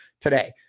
today